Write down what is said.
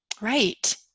Right